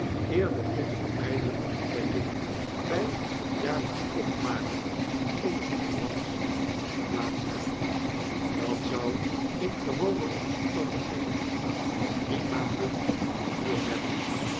de onvermydelpe ontdekking by het jaarlpsch opmaken onzer balans moest plaats hebben dat zou in gewone omstandigheden nog drie maanden geduurd hebben